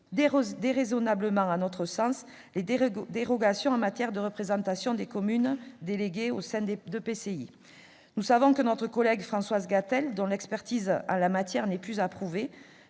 déraisonnablement à notre sens, les dérogations en matière de représentation des communes déléguées au sein d'EPCI. Nous le savons, notre collègue Françoise Gatel, dont l'expertise en la matière n'est plus à prouver,